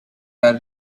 are